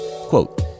quote